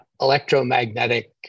electromagnetic